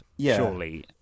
surely